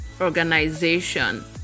organization